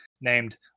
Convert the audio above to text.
named